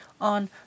on